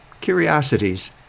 curiosities